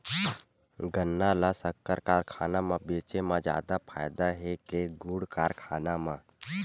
गन्ना ल शक्कर कारखाना म बेचे म जादा फ़ायदा हे के गुण कारखाना म?